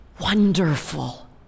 wonderful